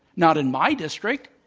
not in my district.